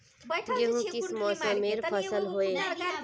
गेहूँ किस मौसमेर फसल होय?